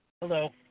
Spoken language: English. Hello